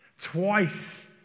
Twice